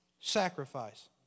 sacrifice